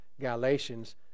Galatians